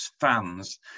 fans